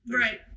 Right